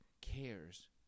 cares